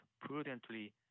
prudently